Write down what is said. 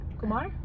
Kumar